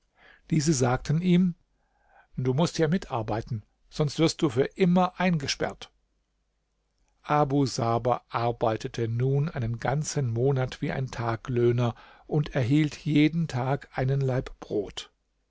diese sagten ihm du mußt hier mitarbeiten sonst wirst du für immer eingesperrt abu saber arbeitete nun einen ganzen monat wie ein taglöhner und erhielt jeden tag einen laib brot